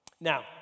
Now